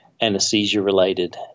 anesthesia-related